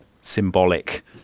symbolic